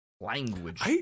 language